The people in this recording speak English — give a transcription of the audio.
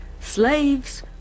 slaves